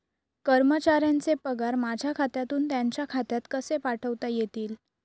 कर्मचाऱ्यांचे पगार माझ्या खात्यातून त्यांच्या खात्यात कसे पाठवता येतील?